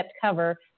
cover